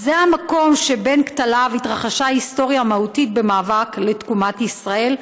זה המקום שבין כתליו התרחשה היסטוריה מהותית במעבר לתקומת ישראל,